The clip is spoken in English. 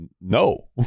no